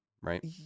right